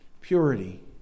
Purity